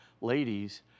ladies